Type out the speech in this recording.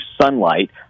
sunlight